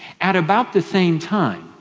at about the same time